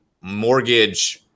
mortgage